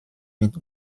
mit